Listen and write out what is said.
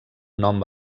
nom